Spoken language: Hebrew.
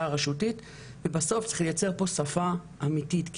הרשותית ובסוף צריך לייצר פה שפה אמיתית.